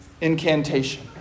incantation